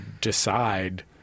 decide—